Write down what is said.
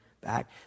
back